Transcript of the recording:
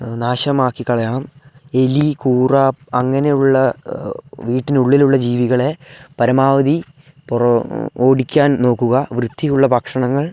നാശമാക്കിക്കളയണം എലി കൂറ അങ്ങനെയുള്ള വീട്ടിനുള്ളിലുള്ള ജീവികളെ പരമാവധി ഓടിക്കാൻ നോക്കുക വൃത്തിയുള്ള ഭക്ഷണങ്ങൾ